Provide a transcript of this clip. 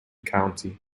county